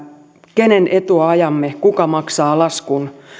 kenen etua ajamme kuka maksaa laskun